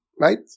right